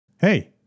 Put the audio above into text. Hey